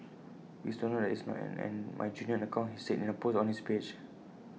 please take note that IT is not an my genuine account he said in A post on his page